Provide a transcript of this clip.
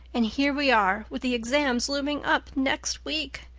and here we are, with the exams looming up next week.